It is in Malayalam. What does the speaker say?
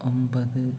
ഒമ്പത്